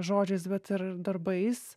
žodžiais bet ir darbais